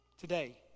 Today